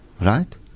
right